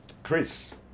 Chris